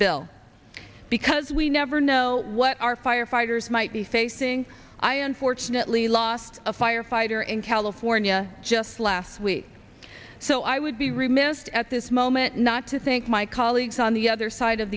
bill because we never know what our firefighters might be facing i unfortunately lost a firefighter in california just last week so i would be remiss at this moment not to think my colleagues on the other side of